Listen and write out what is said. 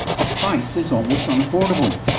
the price is almost unaffordable.